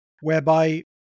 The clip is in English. whereby